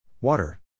Water